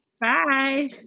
Bye